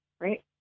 Right